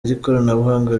ry’ikoranabuhanga